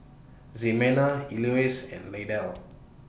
Zimena Elois and Lydell